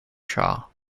shaw